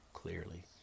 Clearly